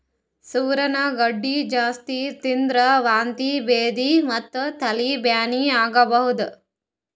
ಸೂರಣ ಗಡ್ಡಿ ಜಾಸ್ತಿ ತಿಂದ್ರ್ ವಾಂತಿ ಭೇದಿ ಮತ್ತ್ ತಲಿ ಬ್ಯಾನಿ ಆಗಬಹುದ್